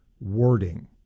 wording